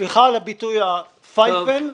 סליחה על הביטוי פייפן,